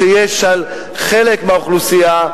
שיש על חלק מהאוכלוסייה,